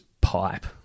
pipe